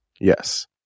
Yes